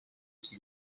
qui